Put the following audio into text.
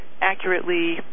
accurately